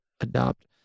adopt